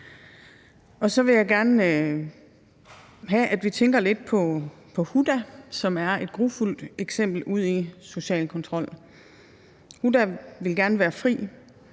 op. Så vil jeg gerne have, at vi tænker lidt på Huda, som er et grufuldt eksempel på social kontrol. Huda ville gerne være fri;